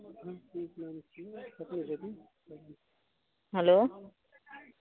hello